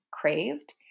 craved